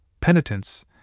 penitence